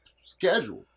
schedule